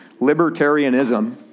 libertarianism